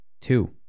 Two